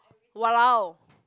!walao!